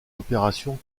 opérations